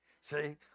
See